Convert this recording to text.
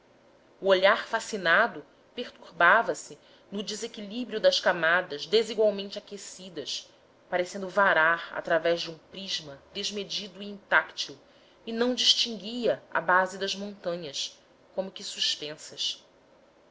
o olhar fascinado perturbava se no desequilíbrio das camadas desigualmente aquecidas parecendo varar através de um prisma desmedido e intáctil e não distinguia a base das montanhas como que suspensas